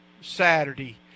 Saturday